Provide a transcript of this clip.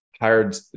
hired